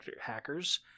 hackers